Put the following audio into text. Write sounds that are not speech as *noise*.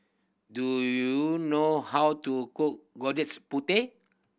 do you know how to cook *unintelligible* putih